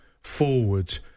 forward